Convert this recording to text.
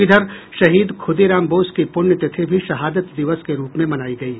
इधर शहीद ख़ुदीराम बोस की पुण्य तिथि भी शहादत दिवस के रूप में मनायी गयी